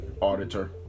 auditor